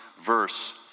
verse